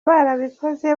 barabikoze